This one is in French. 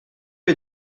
est